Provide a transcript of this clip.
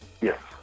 yes